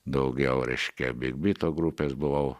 daugiau reiškia big byto grupės buvau